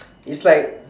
is like